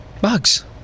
Bugs